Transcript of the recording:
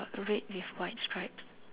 red with white stripes